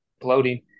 bloating